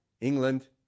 England